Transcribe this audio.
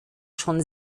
schon